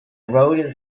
road